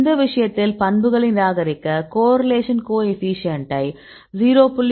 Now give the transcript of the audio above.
இந்த விஷயத்தில் பண்புகளை நிராகரிக்க கோரிலேஷன் கோஎஃபீஷியேன்ட்டை 0